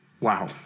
Wow